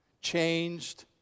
changed